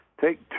take